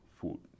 food